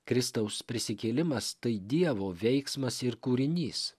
kristaus prisikėlimas tai dievo veiksmas ir kūrinys